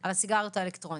על הסיגריות האלקטרוניות.